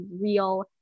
real